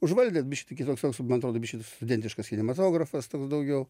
užvaldė biškį kitoks toks man atrodo biškį tas studentiškas kinematografas toks daugiau